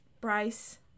Bryce